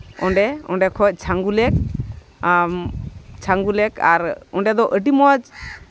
ᱚᱸᱰᱮ ᱚᱸᱰᱮ ᱠᱷᱚᱡ ᱪᱷᱟᱹᱜᱩ ᱞᱮᱠ ᱟᱢ ᱪᱷᱟᱝᱜᱩ ᱞᱮᱠ ᱟᱨ ᱚᱸᱰᱮ ᱫᱚ ᱟᱹᱰᱤ ᱢᱚᱡᱽ